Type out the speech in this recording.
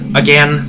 again